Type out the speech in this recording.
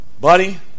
buddy